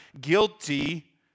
guilty